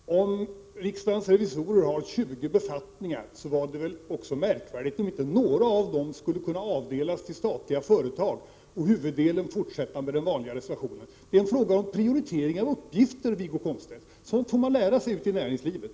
Herr talman! Om riksdagens revisorer har 20 personer anställda vore det väl märkvärdigt om inte några av dem skulle kunna avdelas för statliga företag och huvuddelen fortsätta med det vanliga. Det är en fråga om prioritering av uppgifter, Wiggo Komstedt. Sådant får man lära sig ute i näringslivet!